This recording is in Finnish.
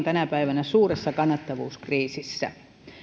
tänä päivänä suuressa kannattavuuskriisissä